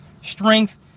strength